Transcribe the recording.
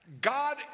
God